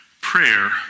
Prayer